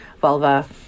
vulva